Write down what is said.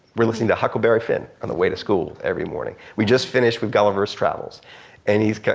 we're listening to huckleberry finn on the way to school every morning. we just finished with gulliver's travels and he's,